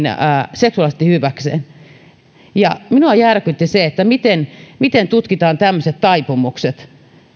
seksuaalisesti hyväkseen minua järkytti se miten miten tutkitaan tämmöiset taipumukset